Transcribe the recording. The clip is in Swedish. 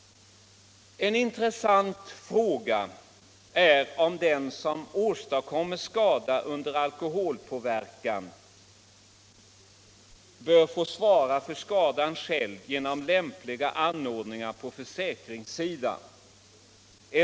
En intressant fråga är om den som åstadkommer skada under alkoholpåverkan bör få svara för skadeersättningen själv genom lämpliga anordningar på försäkringssidan.